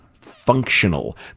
functional